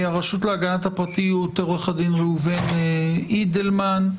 מהרשות להגנת הפרטיות עו"ד ראובן אידלמן,